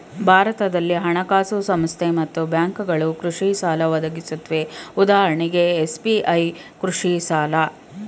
ಭಾರತದಲ್ಲಿ ಹಣಕಾಸು ಸಂಸ್ಥೆ ಮತ್ತು ಬ್ಯಾಂಕ್ಗಳು ಕೃಷಿಸಾಲ ಒದಗಿಸುತ್ವೆ ಉದಾಹರಣೆಗೆ ಎಸ್.ಬಿ.ಐ ಕೃಷಿಸಾಲ